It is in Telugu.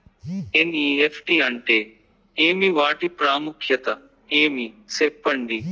ఎన్.ఇ.ఎఫ్.టి అంటే ఏమి వాటి ప్రాముఖ్యత ఏమి? సెప్పండి?